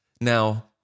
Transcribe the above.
Now